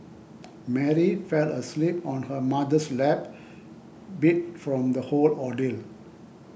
Mary fell asleep on her mother's lap beat from the whole ordeal